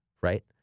right